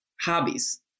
hobbies